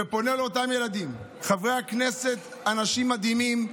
ופונה לאותם ילדים: חברי הכנסת הם אנשים מדהימים,